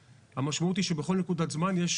המשמעות היא שבכל נקודת זמן יש